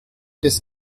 des